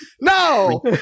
No